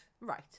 Right